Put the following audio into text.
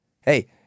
Hey